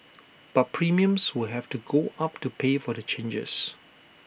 but premiums will have to go up to pay for the changes